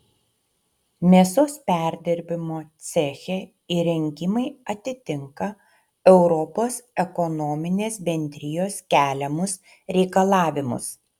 mėsos perdirbimo ceche įrengimai atitinka europos ekonominės bendrijos keliamus reikalavimus